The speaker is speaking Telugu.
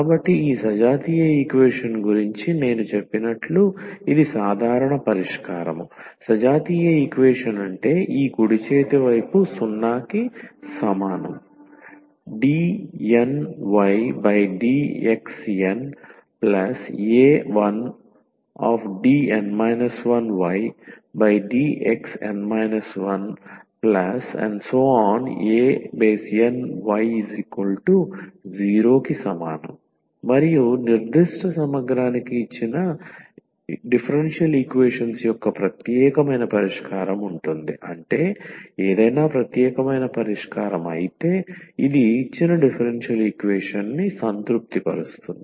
కాబట్టి ఈ సజాతీయ ఈక్వేషన్ గురించి నేను చెప్పినట్లు ఇది సాధారణ పరిష్కారం సజాతీయ ఈక్వేషన్ అంటే ఈ కుడి చేతి వైపు 0 కి సమానం dnydxna1dn 1ydxn 1any0 మరియు నిర్దిష్ట సమగ్రానికి ఇచ్చిన డిఫరెన్షియల్ ఈక్వేషన్స్ యొక్క ప్రత్యేకమైన పరిష్కారం ఉంటుంది అంటే ఏదైనా ప్రత్యేకమైన పరిష్కారం అయితే ఇది ఇచ్చిన డిఫరెన్షియల్ ఈక్వేషన్ని సంతృప్తిపరుస్తుంది